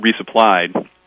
resupplied